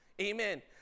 Amen